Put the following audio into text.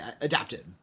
adapted